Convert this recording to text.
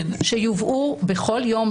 שיובאו בכל יום,